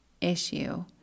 issue